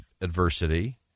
adversity